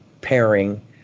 pairing